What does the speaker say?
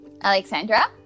Alexandra